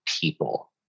people